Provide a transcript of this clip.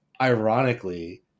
ironically